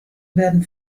werden